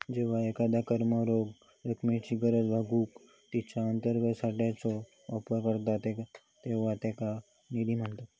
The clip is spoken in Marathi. जेव्हा एखादा फर्म रोख रकमेची गरज भागवूक तिच्यो अंतर्गत साठ्याचो वापर करता तेव्हा त्याका निधी म्हणतत